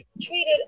treated